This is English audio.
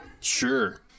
Sure